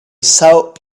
saw